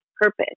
purpose